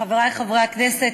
חברי חברי הכנסת,